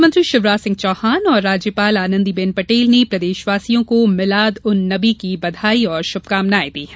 मुख्यमंत्री शिवराज सिंह चौहान और राज्यपाल आनंदीबेन पटेल ने प्रदेशवासियों को मिलाद उन नबी की बधाई और शुभकामनाएं दी हैं